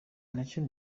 nacyo